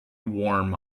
warm